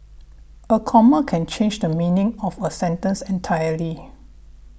a comma can change the meaning of a sentence entirely